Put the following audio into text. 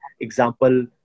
example